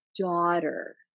daughter